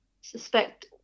suspect